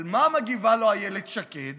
אבל מה מגיבה לו אילת שקד?